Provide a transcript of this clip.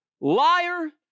liar